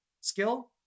skill